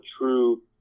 true